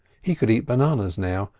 he could eat bananas now,